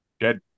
Dead